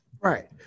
Right